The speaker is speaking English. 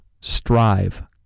Strive